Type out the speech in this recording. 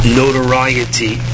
notoriety